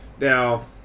Now